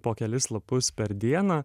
po kelis lapus per dieną